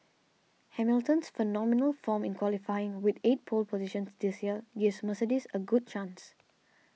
Hamilton's phenomenal form in qualifying with eight pole positions this year gives Mercedes a good chance